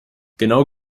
genau